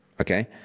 Okay